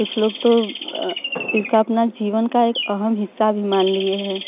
कुछ लोग तो इसका अपना जीवन का एक अहम हिस्सा भी मान लिए हैं